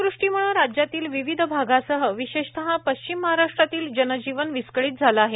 अतिवृष्टीमुळं राज्यातील विविध भागासह विशेषतः पश्चिम महाराष्ट्रातील जनजीवन विस्कळीत झालं आहे